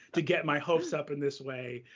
to get my hopes up in this way.